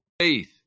Faith